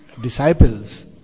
disciples